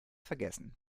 vergessen